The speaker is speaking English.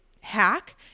hack